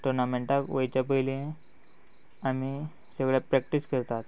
टुर्नामेंटाक वयच्या पयली आमी सगळे प्रॅक्टीस करतात